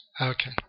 Okay